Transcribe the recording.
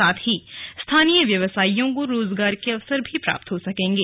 साथ ही स्थानीय व्यवसायियों को रोजगार के अवसर प्राप्त हो सकेंगे